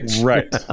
Right